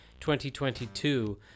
2022